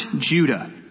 Judah